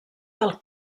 del